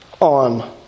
On